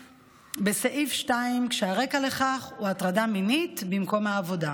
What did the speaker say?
בסעיף 2 כשהרקע לכך הוא הטרדה מינית במקום העבודה.